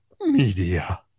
media